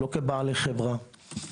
לא כבעל חברה,